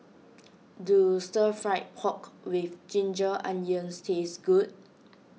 do Stir Fried Pork with Ginger Onions taste good